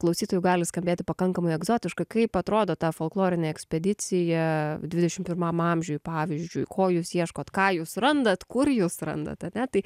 klausytojų gali skambėti pakankamai egzotiškai kaip atrodo ta folklorinė ekspedicija dvidešimt pirmam amžiui pavyzdžiui ko jūs ieškot ką jūs randat kur jūs randat ane tai